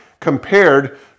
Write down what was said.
compared